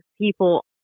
people